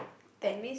that